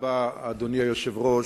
אדוני היושב-ראש,